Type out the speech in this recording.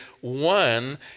one